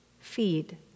feed